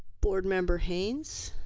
board member haynes.